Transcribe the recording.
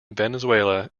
venezuela